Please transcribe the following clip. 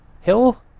Hill